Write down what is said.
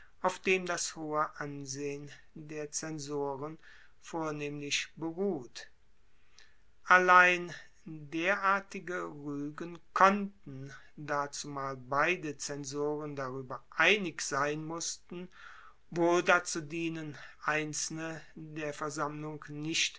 auf dem das hohe ansehen der zensoren vornehmlich beruht allein derartige ruegen konnten da zumal beide zensoren darueber einig sein mussten wohl dazu dienen einzelne der versammlung nicht